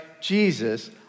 Jesus